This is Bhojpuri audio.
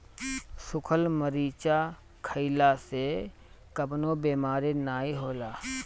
सुखल मरीचा खईला से कवनो बेमारी नाइ होला